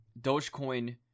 Dogecoin